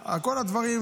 על כל הדברים,